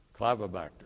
Clavibacter